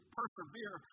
persevere